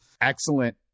excellent